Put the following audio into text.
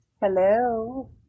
Hello